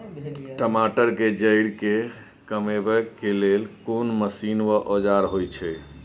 टमाटर के जईर के कमबै के लेल कोन मसीन व औजार होय छै?